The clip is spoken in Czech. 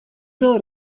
bylo